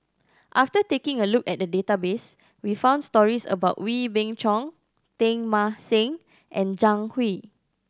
after taking a look at the database we found stories about Wee Beng Chong Teng Mah Seng and Zhang Hui